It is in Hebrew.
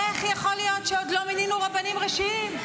איך יכול להיות שעוד לא מינינו רבנים ראשיים?